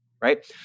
right